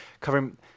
covering